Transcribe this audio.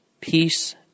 peace